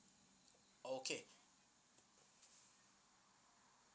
okay